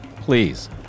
Please